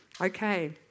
Okay